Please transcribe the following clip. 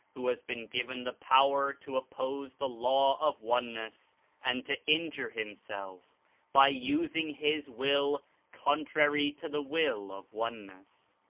who has been given the power to oppose the law of one ness and to injure himself by using his will contrary to the will of oneness.